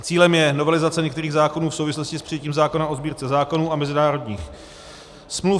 Cílem je novelizace některých zákonů v souvislosti s přijetím zákona o Sbírce zákonů a mezinárodních smluv.